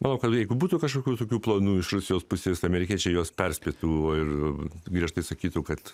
manau kad jeigu būtų kažkokių tokių planų iš rusijos pusės amerikiečiai juos perspėtų ir viešai sakytų kad